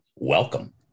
welcome